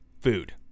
food